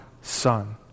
son